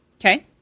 Okay